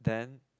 then